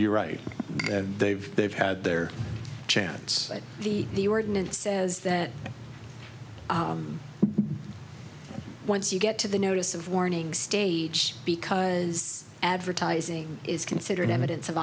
you're right that they've they've had their chance at the the ordinance says that once you get to the notice of warning stage because advertising is considered evidence of